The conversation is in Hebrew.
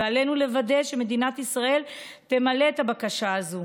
ועלינו לוודא שמדינת ישראל תמלא את הבקשה הזאת.